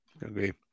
Agree